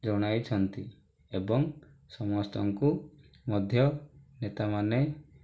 ଜଣାଇଛନ୍ତି ଏବଂ ସମସ୍ତଙ୍କୁ ମଧ୍ୟ ନେତାମାନେ